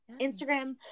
Instagram